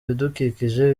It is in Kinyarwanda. ibidukikije